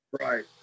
Right